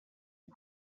بود